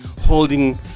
holding